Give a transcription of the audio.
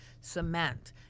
cement